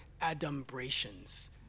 adumbrations